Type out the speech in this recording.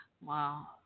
Wow